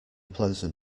pleasant